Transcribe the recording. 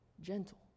Gentle